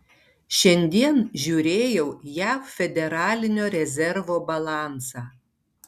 šiandien žiūrėjau jav federalinio rezervo balansą